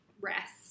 rest